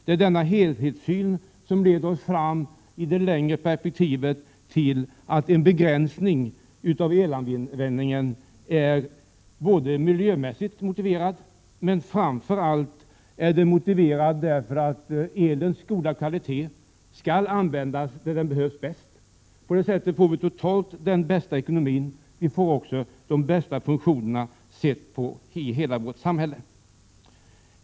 Det är denna helhetssyn som i det längre perspektivet leder oss fram till att en begränsning av elanvändningen är miljömässigt motiverad men framför allt motiverad därför att elens goda kvalitet skall användas där den behövs bäst. På det sättet får vi totalt den bästa ekonomin, och vi får också de bästa funktionerna sett i hela vårt samhälle.